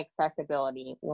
accessibility